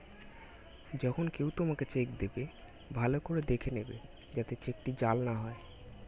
যখন কেউ তোমাকে চেক দেবে, ভালো করে দেখে নেবে যাতে চেকটি জাল না হয়